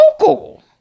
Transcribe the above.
local